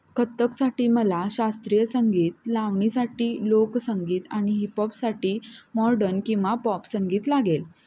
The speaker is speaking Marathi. कथ्थकसाठी मला शास्त्रीय संगीत लावणीसाठी लोक संगीत आणि हिपहॉपसाठी मॉर्डन किंवा पॉप संगीत लागेल